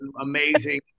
amazing